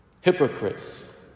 Hypocrites